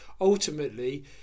ultimately